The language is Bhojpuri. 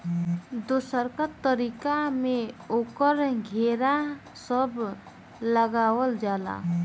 दोसरका तरीका में ओकर घेरा सब लगावल जाला